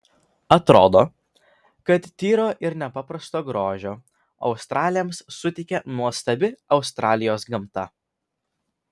atrodo kad tyro ir nepaprasto grožio australėms suteikė nuostabi australijos gamta